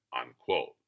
unquote